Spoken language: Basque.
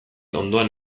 ondoan